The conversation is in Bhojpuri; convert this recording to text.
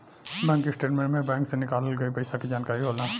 बैंक स्टेटमेंट के में बैंक से निकाल गइल पइसा के जानकारी होला